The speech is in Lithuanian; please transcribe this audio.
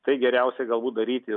tai geriausia galbūt daryti